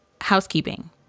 housekeeping